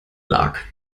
lag